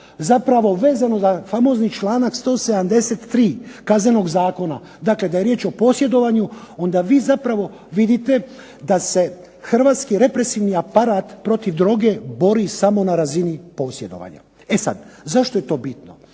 djela vezano za famozni članak 173. Kaznenog zakona, dakle da je riječ o posjedovanju onda vi zapravo vidite da se hrvatski represivni aparat protiv droge bori samo na razini posjedovanja. E sada, zašto je to bitno?